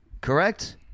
Correct